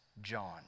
John